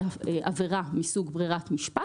עבירה מסוג ברירת משפט,